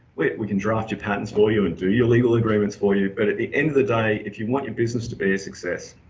we can draft your patents for you and do your legal agreements for you, but at the end of the day, if you want your business to be a success,